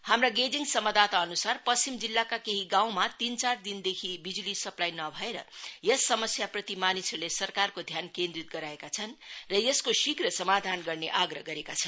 हाम्रा गेजिङ सम्वाददाताअन्सार पश्चिम जिल्लाका केही गाउँमा तीन चार दिनदेखि बिज्ली सप्लाई नभएर यस समस्याप्रति मानिसहरूले सरकारको ध्यान केन्द्रित गराएका छन् र यसको शीघ्र समाधान गर्ने आग्रह गरेका छन्